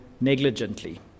negligently